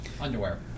underwear